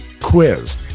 quiz